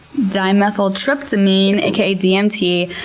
dimethyltryptamine aka dmt.